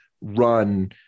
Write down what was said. run